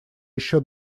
еще